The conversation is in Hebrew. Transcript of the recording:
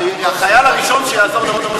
החייל הראשון שיעזור לראש הממשלה.